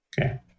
Okay